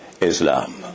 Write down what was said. Islam